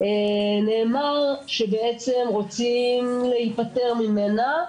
נאמר שבעצם רוצים להיפטר ממנה,